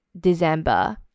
December